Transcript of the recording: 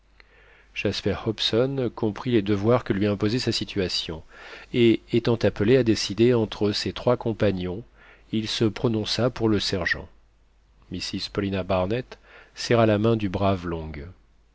jasper hobson comprit les devoirs que lui imposait sa situation et étant appelé à décider entre ses trois compagnons il se prononça pour le sergent mrs paulina barnett serra la main du brave long